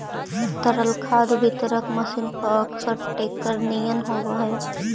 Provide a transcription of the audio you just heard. तरल खाद वितरक मशीन पअकसर टेंकर निअन होवऽ हई